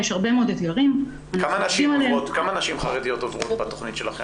יש הרבה מאוד אתגרים- -- כמה נשים חרדיות עוברות בתכנית שלכם?